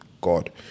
God